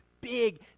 big